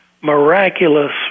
miraculous